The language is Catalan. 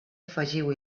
afegiu